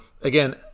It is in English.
again